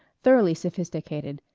thoroughly sophisticated,